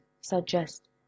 suggest